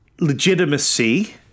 legitimacy